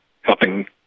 helping